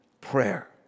prayer